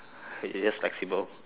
you just flexible